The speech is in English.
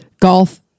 golf